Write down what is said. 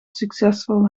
succesvol